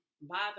bother